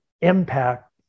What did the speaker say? impact